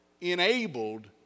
enabled